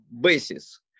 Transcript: basis